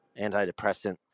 antidepressant